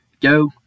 go